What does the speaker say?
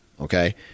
okay